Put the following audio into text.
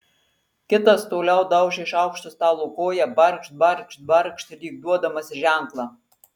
kitas toliau daužė šaukštu stalo koją barkšt barkšt barkšt lyg duodamas ženklą